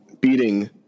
beating